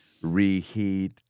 Reheat